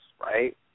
right